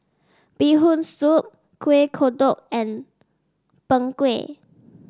Bee Hoon Soup Kueh Kodok and Png Kueh